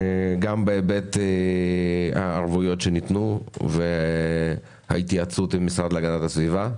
גם בהיבט הערבויות שניתנו וההתייעצות עם המשרד להגנת הסביבה,